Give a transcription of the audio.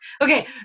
okay